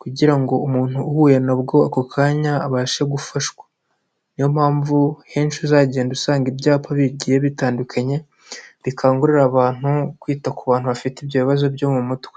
kugira ngo umuntu uhuye nabwo ako kanya abashe gufashwa. Ni yo mpamvu henshi uzagenda usanga ibyapa bigiye bitandukanye, bikangurira abantu kwita ku bantu bafite ibyo bibazo byo mu mutwe.